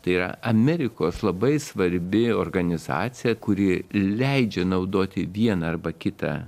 tai yra amerikos labai svarbi organizacija kuri leidžia naudoti vieną arba kitą